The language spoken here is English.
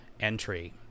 entry